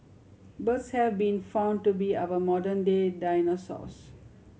birds have been found to be our modern day dinosaurs